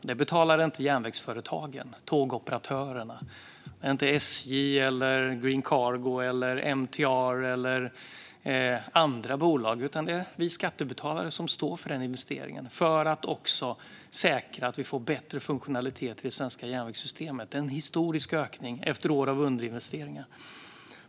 Det betalar inte järnvägsföretagen och tågoperatörerna - SJ, Green Cargo, MTR eller andra bolag - utan det är vi skattebetalare som står för denna investering för att också säkra att vi får bättre funktionalitet i det svenska järnvägssystemet. Det är en historisk ökning efter år av underinvesteringar.